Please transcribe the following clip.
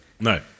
No